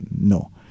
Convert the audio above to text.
no